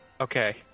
Okay